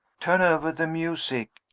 turn over the music.